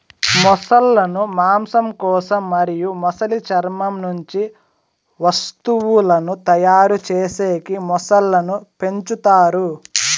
మొసళ్ళ ను మాంసం కోసం మరియు మొసలి చర్మం నుంచి వస్తువులను తయారు చేసేకి మొసళ్ళను పెంచుతారు